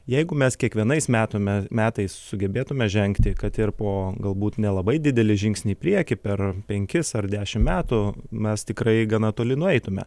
jeigu mes kiekvienais metų me metais sugebėtumėme žengti kad ir po galbūt nelabai didelį žingsnį į priekį per penkis ar dešimt metų mes tikrai gana toli nueitume